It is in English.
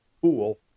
fool